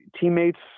teammates –